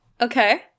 Okay